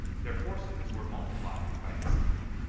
their forces were multiplied by discipline.